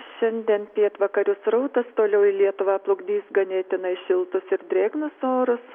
šiandien pietvakarių srautas toliau į lietuvą plukdys ganėtinai šiltus ir drėgnus orus